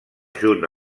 junt